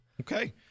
Okay